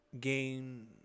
gain